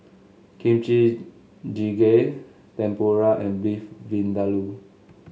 Kimchi Jjigae Tempura and Beef Vindaloo